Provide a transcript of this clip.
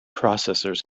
processors